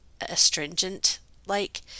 astringent-like